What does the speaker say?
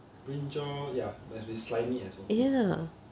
brinjal ya must be slimy and salty